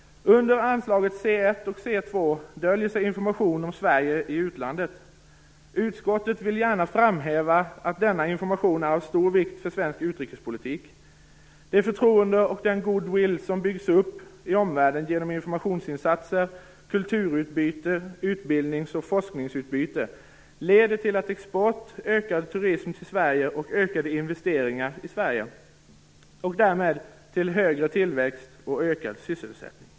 Under anslag C 1 och C 2 döljer sig information om Sverige i utlandet. Utskottet vill framhäva att denna information är av stor vikt för svensk utrikespolitik. Det förtroende och den goodwill som byggs upp i omvärlden genom informationsinsatser, kulturutbyte samt utbildnings och forskningsutbyte leder till export, ökad turism till Sverige och ökade investeringar i Sverige och därmed till högre tillväxt och ökad sysselsättning.